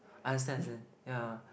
understand understand yeah